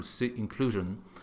inclusion